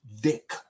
Dick